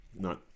No